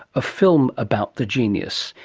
a film about the genius,